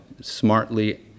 smartly